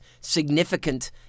significant